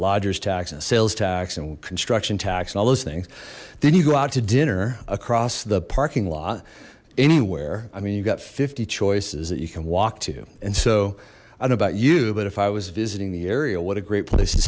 and sales tax and construction tax and all those things then you go out to dinner across the parking lot anywhere i mean you've got fifty choices that you can walk to and so i don't know about you but if i was visiting the area what a great place to